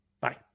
bye